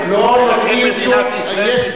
מדינת ישראל,